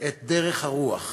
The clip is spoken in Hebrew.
את דרך הרוח.